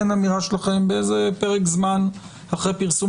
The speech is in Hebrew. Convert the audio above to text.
כן אמירה שלכם באיזה פרק זמן אחרי פרסום